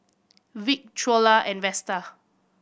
Vic Trula and Vesta